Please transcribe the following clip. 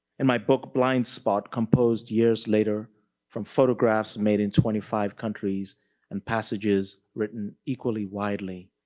in my book, blind spot, composed years later from photographs made in twenty five countries and passages written equally widely,